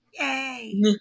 Yay